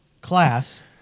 class